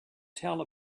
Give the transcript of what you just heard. tell